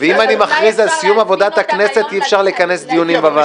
ואם אני מכריז על סיום עבודת הכנסת אי-אפשר לכנס דיונים בוועדות.